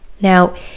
Now